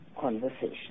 conversation